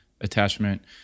attachment